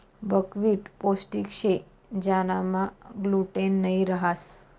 buckwheat पोष्टिक शे ज्यानामा ग्लूटेन नयी रहास